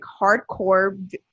hardcore